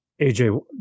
AJ